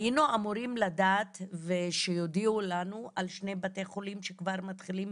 היינו אמורים לדעת ושיודיעו לנו על שני בתי חולים שכבר מתחילים